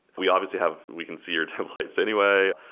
we obviously have we can see your templates anyway.